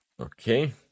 Okay